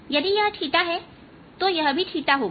यदि यह θ हैतो यह भी θ होगा